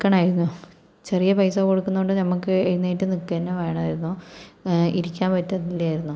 നിൽക്കണമായിരുന്നു ചെറിയ പൈസ കൊടുക്കുന്നതുകൊണ്ട് ഞമ്മക്ക് എഴുന്നേറ്റു നിക്കുക തന്നെ വേണമായിരുന്നു ഇരിക്കാൻ പറ്റത്തില്ലായിരുന്നു